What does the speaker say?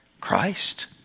Christ